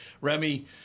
Remy